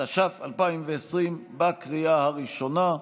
התש"ף 2020, בקריאה ראשונה.